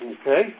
Okay